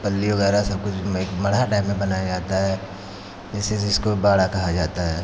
पल्ली वगैरह सब कुछ मैं एक बड़ा डैम में बनाया जाता है जैसे जिसको बाड़ा कहा जाता है